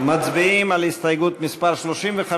מצביעים על הסתייגות מס' 35,